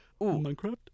Minecraft